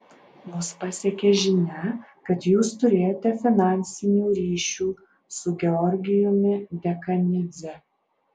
mus pasiekė žinia kad jūs turėjote finansinių ryšių su georgijumi dekanidze